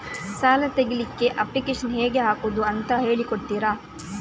ಸಾಲ ತೆಗಿಲಿಕ್ಕೆ ಅಪ್ಲಿಕೇಶನ್ ಹೇಗೆ ಹಾಕುದು ಅಂತ ಹೇಳಿಕೊಡ್ತೀರಾ?